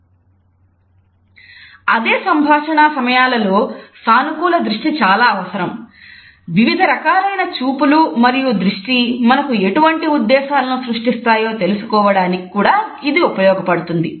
" అదే సంభాషణా సమయాలలో సానుకూల దృష్టి చాలా అవసరం వివిధ రకాలైన చూపులూ మరియు దృష్టి మనకు ఎటువంటి ఉద్దేశాలను సృష్టిస్తాయో తెలుసుకోవడానికి కూడా ఇది ఉపయోగపడుతుంది